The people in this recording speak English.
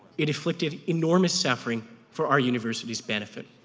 it afflicted enormous suffering for our university's benefit.